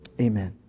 Amen